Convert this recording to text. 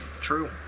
True